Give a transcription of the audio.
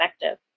effective